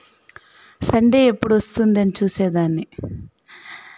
Sunday ఎప్పుడు వస్తుందో అని చూసేదాన్ని